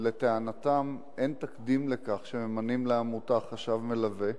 לטענתם, אין תקדים לכך שממנים לעמותה חשב מלווה.